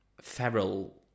feral